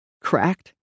cracked